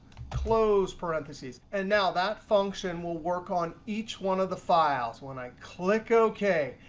close parentheses. and now that function will work on each one of the files when i click ok.